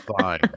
fine